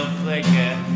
flicker